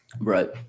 Right